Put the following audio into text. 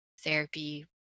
therapy